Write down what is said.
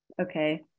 okay